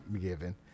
given